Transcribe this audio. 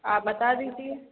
आप बता दीजिए